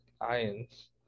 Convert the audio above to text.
ions